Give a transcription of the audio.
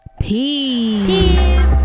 peace